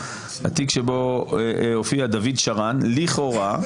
התיק שבו הופיע דוד שרן לכאורה,